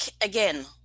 again